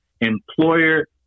Employer